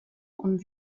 und